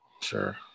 sure